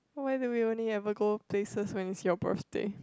why do we only ever go places when it's your birthday